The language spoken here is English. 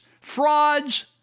frauds